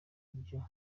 ibyo